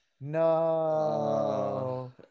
no